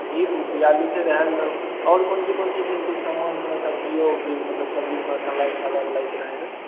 ठीक बियालिसे रहे लऽ दहू आओर कोन ची कोन ची छै समान हमर सबजिओ मतलब सबजीके मसाला ओसाला लै कऽ रहै